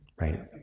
right